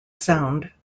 sound